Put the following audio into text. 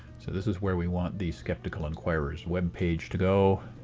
so this is where we want the skeptical inquirer's web page to go.